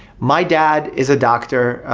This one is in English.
my dad is a doctor,